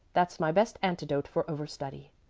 that's my best antidote for overstudy.